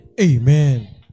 amen